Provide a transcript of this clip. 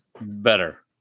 better